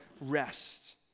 rest